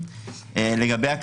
3%. בסדר גמור.